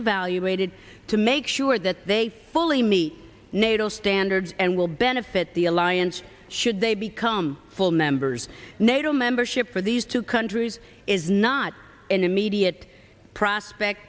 evaluated to make sure that they fully meet nato standards and will benefit the alliance should they become full members nato member ship for these two countries is not an immediate prospect